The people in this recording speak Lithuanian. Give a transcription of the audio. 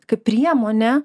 kaip priemonė